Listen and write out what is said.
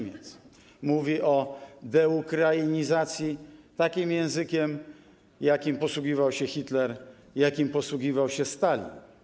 Mówi o deukrainizacji takim językiem, jakim posługiwał się Hitler i jakim posługiwał się Stalin.